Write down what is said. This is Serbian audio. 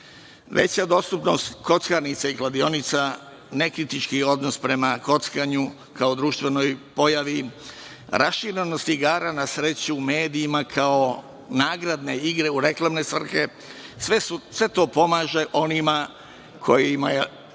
dostupnost kockarnica i kladionica nekritički je odnos prema kockanju kao društvenoj pojavi, raširenost igara na sreću u medijima kao nagradne igre u reklamne svrhe, sve to pomaže onima kojima